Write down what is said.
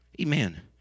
Amen